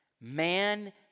Man